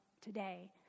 today